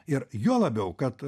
ir juo labiau kad